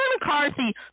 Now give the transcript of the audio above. McCarthy